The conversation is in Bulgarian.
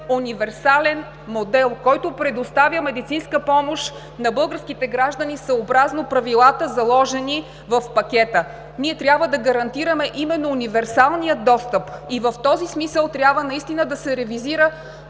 универсален модел, който предоставя медицинска помощ на българските граждани съобразно правилата, заложени в пакета. Ние трябва да гарантираме именно универсалния достъп. В този смисъл трябва наистина да се ревизира.